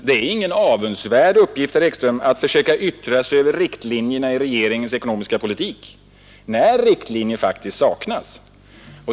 Det är ingen avundsvärd uppgift, herr Ekström, att försöka yttra sig över riktlinjer i regeringens ekonomiska politik när riktlinjer faktiskt saknas.